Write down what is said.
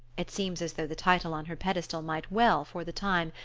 it seems as though the title on her pedestal might well, for the time,